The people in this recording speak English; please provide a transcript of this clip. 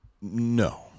No